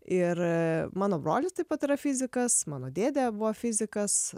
ir mano brolis taip pat yra fizikas mano dėdė buvo fizikas